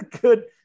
good